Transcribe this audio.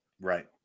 Right